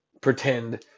pretend